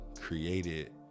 created